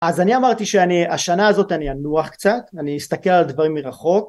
אז אני אמרתי שהשנה הזאת אני אנוח קצת, אני אסתכל על דברים מרחוק